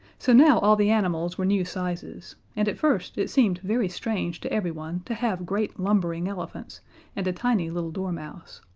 so now all the animals were new sizes and at first it seemed very strange to everyone to have great lumbering elephants and a tiny little dormouse,